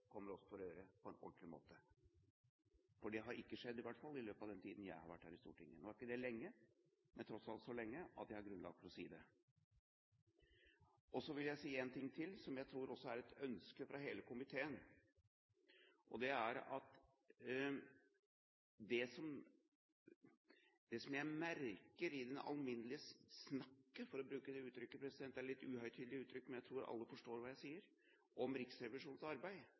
kommer oss for øre på en ordentlig måte. Det har ikke skjedd i hvert fall i løpet av den tiden jeg har vært her på Stortinget. Nå er ikke det lenge, men tross alt så lenge at jeg har grunnlag for å si det. Så vil jeg si en ting til som jeg tror er et ønske fra hele komiteen. Det som jeg merker i det alminnelige «snakket» – for å bruke det uttrykket, det er et litt uhøytidelig uttrykk, men jeg tror alle forstår hva jeg sier – om Riksrevisjonens arbeid,